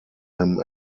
him